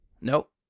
Nope